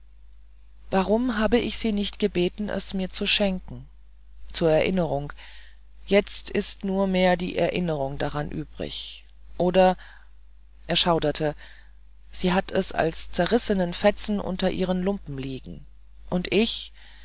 warum habe ich sie nicht gebeten es mir zu schenken zur erinnerung jetzt ist nur mehr die erinnerung daran übrig oder er schauderte sie hat es als zerrissenen fetzen unter ihren lumpen liegen und ich